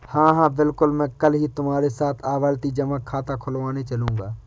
हां हां बिल्कुल मैं कल ही तुम्हारे साथ आवर्ती जमा खाता खुलवाने चलूंगा